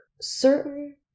certain